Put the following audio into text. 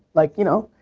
like you know,